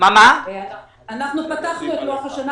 אנחנו פתחנו את לוח השנה,